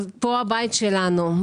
פה הבית שלנו,